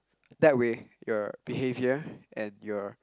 that way your behaviour and your